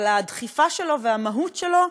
אבל בדחיפה שלו ובמהות שלו,